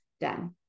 done